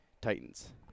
Titans